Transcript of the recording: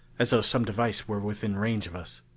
as though some device were within range of us.